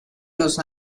los